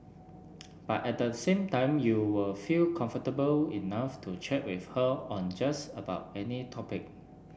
but at the same time you will feel comfortable enough to chat with her on just about any topic